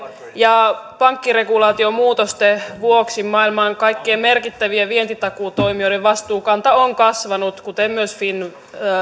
ja pankkiregulaatiomuutosten vuoksi maailman kaikkien merkittävien vientitakuutoimijoiden vastuukanta on kasvanut kuten myös